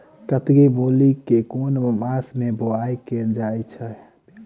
कत्की मूली केँ के मास मे बोवाई कैल जाएँ छैय?